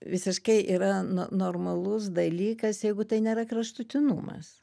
visiškai yra no normalus dalykas jeigu tai nėra kraštutinumas